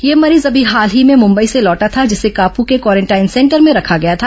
यह मरीज अभी हाल ही में मुंबई से लौटा था जिसे कापू के क्वारेंटाइन सेंटर में रखा गया था